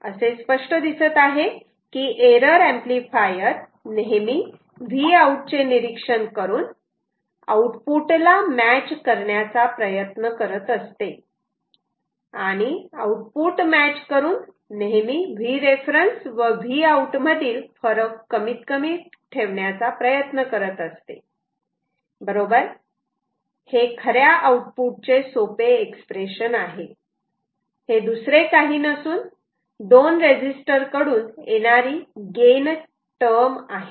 यावरून असे स्पष्ट दिसत आहे की एरर ऍम्प्लिफायर नेहमी Vout चे निरीक्षण करून आउटपुट ला मॅच करण्याचा प्रयत्न करतअसते आणि आउटपुट मॅच करून नेहमी Vref व Vout मधील फरक कमीत कमी ठेवण्याचा प्रयत्न करत असते बरोबर हे खऱ्या आउटपुटचे सोपे एक्सप्रेशन आहे हे दुसरे काही नसून दोन रेजीस्टर कडून येणारी गेन टर्म आहे